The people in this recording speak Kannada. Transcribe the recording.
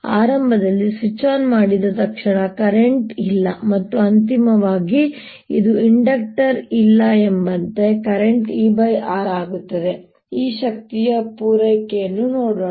ಆದ್ದರಿಂದ ಆರಂಭದಲ್ಲಿ ಹೀಗೆ ಸ್ವಿಚ್ ಆನ್ ಮಾಡಿದ ತಕ್ಷಣ ಕರೆಂಟ್ ಇಲ್ಲ ಮತ್ತು ಅಂತಿಮವಾಗಿ ಅಲ್ಲಿ ಇಂಡಕ್ಟರ್ ಇಲ್ಲ ಎಂಬಂತೆ ಕರೆಂಟ್ ER ಆಗುತ್ತದೆ ಈಗ ಶಕ್ತಿಯ ಪೂರೈಕೆಯನ್ನು ನೋಡೋಣ